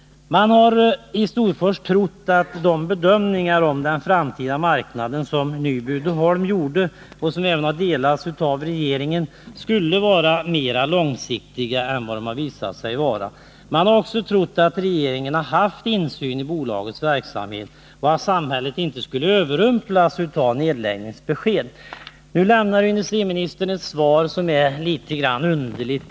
Man har i Storfors trott att de bedömningar när det gäller den framtida marknaden som Nyby Uddeholm gjorde — och som även har delats av regeringen — skulle vara mera långsiktiga än vad de har visat sig vara. Man har också trott att regeringen har haft insyn i bolagets verksamhet och att samhället inte skulle behöva överrumplas av nedläggningsbesked. Industriministerns svar är litet underligt.